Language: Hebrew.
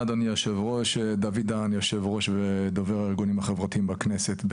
אני יושב-ראש ודובר הארגונים החברתיים בכנסת.